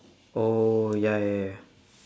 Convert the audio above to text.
oh ya ya ya